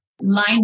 line